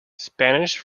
spanish